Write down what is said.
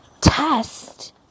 test